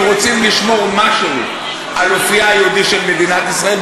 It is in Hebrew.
אם רוצים לשמור משהו על אופייה היהודי של מדינת ישראל,